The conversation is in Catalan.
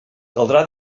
caldrà